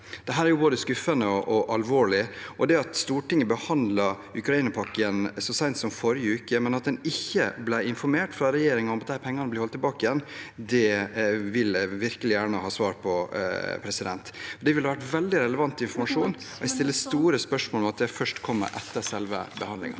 Dette er både skuffende og alvorlig. Stortinget behandlet Ukraina-pakken så sent som i forrige uke, men hvorfor vi ikke ble informert av regjeringen om at de pengene blir holdt tilbake, vil jeg virkelig gjerne ha svar på. Det ville vært veldig relevant informasjon. Jeg stiller store spørsmål ved at det først kommer etter selve behandlingen.